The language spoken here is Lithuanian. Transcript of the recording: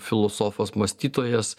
filosofas mąstytojas